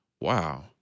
wow